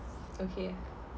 okay